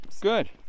Good